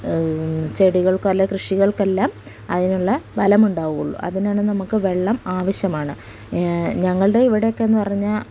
ചെടികൾക്കും അല്ലെങ്കിൽ കൃഷികൾക്കെല്ലാം അതിനുള്ള ഫലമുണ്ടാവുള്ളൂ അതിനാണ് നമുക്ക് വെള്ളം ആവശ്യമാണ് ഞങ്ങളുടെ ഇവിടെയൊക്കെയെന്നു പറഞ്ഞാൽ